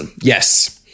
yes